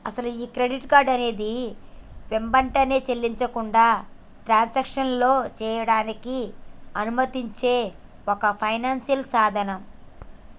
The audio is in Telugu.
అసలు ఈ క్రెడిట్ కార్డు అనేది వెంబటే చెల్లించకుండా ట్రాన్సాక్షన్లో చేయడానికి అనుమతించే ఒక ఫైనాన్షియల్ సాధనం